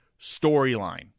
storyline